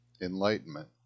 Enlightenment